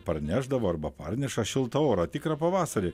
parnešdavo arba parneša šiltą orą tikrą pavasarį